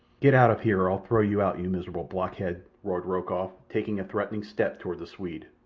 get out of here, or i'll throw you out, you miserable blockhead! roared rokoff, taking a threatening step toward the swede.